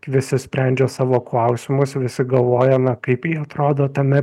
visi sprendžia savo klausimus visi galvojame kaip jie atrodo tame